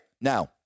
Now